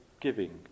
giving